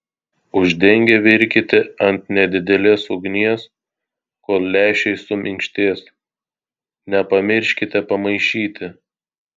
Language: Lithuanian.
uždengę virkite ant nedidelės ugnies kol lęšiai suminkštės nepamirškite pamaišyti